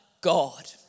God